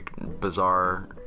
Bizarre